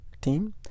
team